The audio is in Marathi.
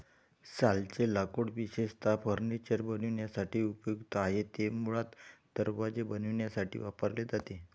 सालचे लाकूड विशेषतः फर्निचर बनवण्यासाठी उपयुक्त आहे, ते मुळात दरवाजे बनवण्यासाठी वापरले जाते